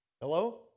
Hello